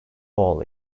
hall